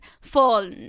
fall